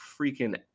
freaking